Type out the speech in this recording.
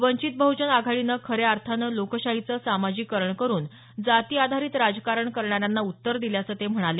वंचित बहुजन आघाडीन खऱ्या अर्थानं लोकशाहीचं सामाजिकरण करुन जाती आधारित राजकारण करणाऱ्यांना उत्तर दिल्याचं ते म्हणाले